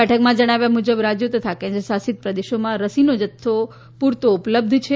બેઠકમાં જણાવ્યા મુજબ રાજ્યો તથા કેન્દ્ર શાસિત પ્રદેશોમાં રસીનો જથ્થો પૂરતો ઉપલબ્ધ છે